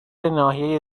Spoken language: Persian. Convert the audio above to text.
ناحیه